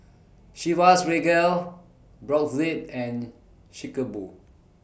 Chivas Regal Brotzeit and Chic A Boo